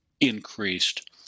increased